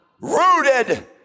rooted